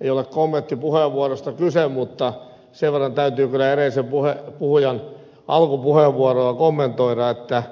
ei ole kommenttipuheenvuorosta kyse mutta sen verran täytyy kyllä edellisen puhujan alkupuheenvuoroa kommentoida että